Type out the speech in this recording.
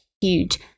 huge